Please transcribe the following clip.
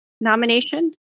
nomination